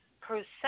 perception